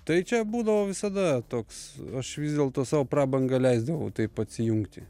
tai čia būdavo visada toks aš vis dėlto sau prabangą leisdavau taip atsijungti